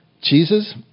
Jesus